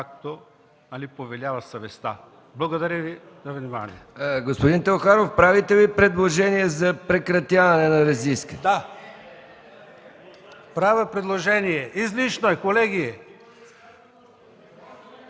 както ни повелява съвестта. Благодаря Ви за вниманието.